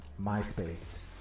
Myspace